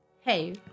Hey